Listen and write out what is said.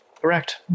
Correct